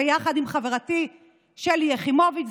ביחד עם חברתי שלי יחימוביץ',